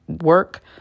work